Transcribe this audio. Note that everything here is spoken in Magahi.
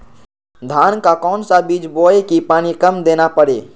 धान का कौन सा बीज बोय की पानी कम देना परे?